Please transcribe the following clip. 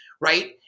right